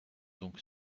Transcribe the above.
donc